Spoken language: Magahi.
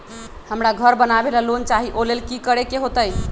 हमरा घर बनाबे ला लोन चाहि ओ लेल की की करे के होतई?